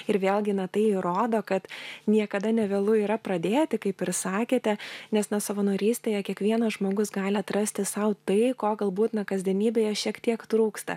ir vėlgi na tai įrodo kad niekada nevėlu yra pradėti kaip ir sakėte nes na savanorystėje kiekvienas žmogus gali atrasti sau tai ko galbūt na kasdienybėje šiek tiek trūksta